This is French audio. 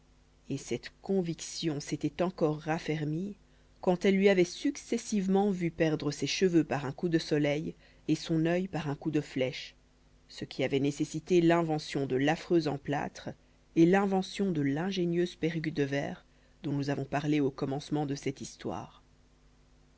et cette conviction s'était encore raffermie quand elle lui avait successivement vu perdre ses cheveux par un coup de soleil et son œil par un coup de flèche ce qui avait nécessité l'invention de l'affreux emplâtre et l'invention de l'ingénieuse perruque de verre dont nous avons parlé au commencement de cette histoire